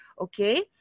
Okay